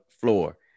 floor